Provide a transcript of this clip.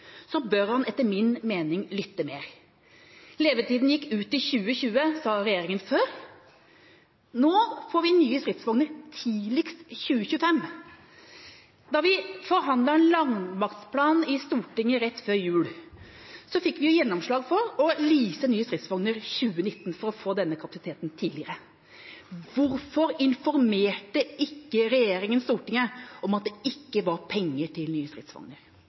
bør han etter min mening lytte mer. Levetida gikk ut i 2020, sa regjeringa før. Nå får vi nye stridsvogner tidligst i 2025. Da vi forhandlet en landmaktplan i Stortinget rett før jul, fikk vi gjennomslag for å lease nye stridsvogner i 2019 for å få denne kapasiteten tidligere. Hvorfor informerte ikke regjeringa Stortinget om at det ikke var penger til nye